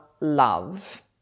love